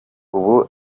ubu